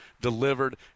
delivered